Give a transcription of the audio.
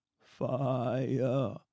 fire